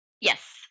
Yes